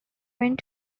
went